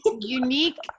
unique